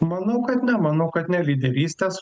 manau kad ne manau kad ne lyderystės